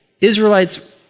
Israelites